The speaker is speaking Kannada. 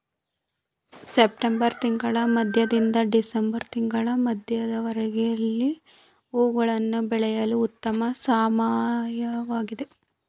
ಸೆಪ್ಟೆಂಬರ್ ತಿಂಗಳ ಮಧ್ಯದಿಂದ ಡಿಸೆಂಬರ್ ತಿಂಗಳ ಮಧ್ಯದವರೆಗೆ ಲಿಲ್ಲಿ ಹೂವುಗಳನ್ನು ಬೆಳೆಯಲು ಉತ್ತಮ ಸಮಯವಾಗಿದೆ